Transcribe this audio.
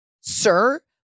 sir